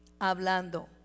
Hablando